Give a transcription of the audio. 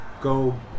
go